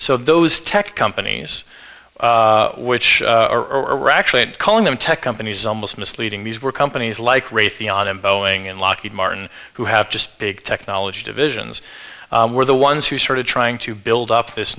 so those tech companies which are actually calling them tech companies almost misleading these were companies like raytheon and boeing and lockheed martin who have just big technology divisions were the ones who started trying to build up this